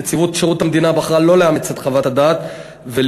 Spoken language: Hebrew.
נציבות שירות המדינה בחרה לא לאמץ את חוות הדעת ולבחון